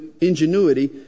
ingenuity